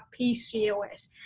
PCOS